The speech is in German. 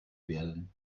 werden